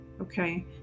okay